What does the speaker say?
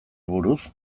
buruz